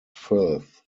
firth